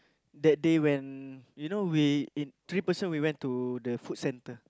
that day when you know we in three person we went to the food centre